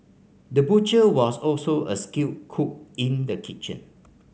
the butcher was also a skilled cook in the kitchen